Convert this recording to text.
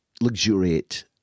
luxuriate